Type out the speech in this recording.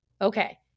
Okay